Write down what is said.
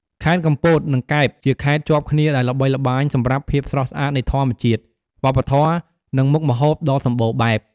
ខេត្តកំពត និងកែប ជាខេត្តជាប់គ្នាដែលល្បីល្បាញសម្រាប់ភាពស្រស់ស្អាតនៃធម្មជាតិ វប្បធម៌ និងមុខម្ហូបដ៏សម្បូរបែប។